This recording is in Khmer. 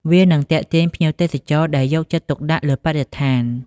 វានឹងទាក់ទាញភ្ញៀវទេសចរដែលយកចិត្តទុកដាក់លើបរិស្ថាន។